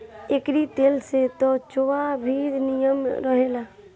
एकरी तेल से त्वचा भी निमन रहेला